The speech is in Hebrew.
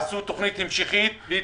עשו תוכנית המשכית והצליחו.